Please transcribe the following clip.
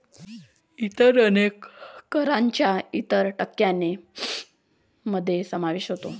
इतर अनेक करांचा इतर टेक्सान मध्ये समावेश होतो